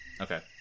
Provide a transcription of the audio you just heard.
Okay